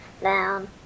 down